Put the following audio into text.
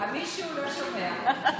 המישהו לא שומע.